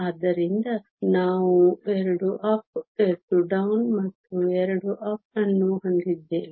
ಆದ್ದರಿಂದ ನಾವು 2 up 2 down ಮತ್ತು 2 ಅಪ್ ಅನ್ನು ಹೊಂದಿದ್ದೇವೆ